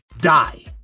die